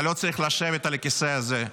אתה לא צריך לשבת על הכיסא הזה,